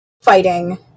fighting